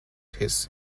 his